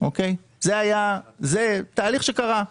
זה תהליך שקרה.